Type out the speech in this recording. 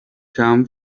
come